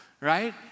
right